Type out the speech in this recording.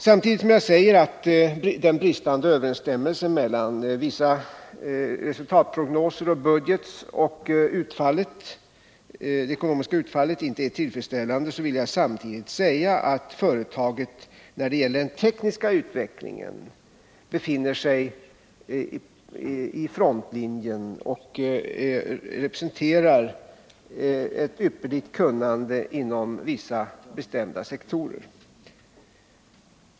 Samtidigt som jag säger att den bristande överensstämmelsen mellan å ena sidan vissa resultatprognoser och budgeten och å den andra det ekonomiska utfallet inte är tillfredsställande vill jag framhålla att företaget när det gäller den tekniska utvecklingen befinner sig i frontlinjen och representerar ett ypperligt kunnande inom vissa bestämda sektorer.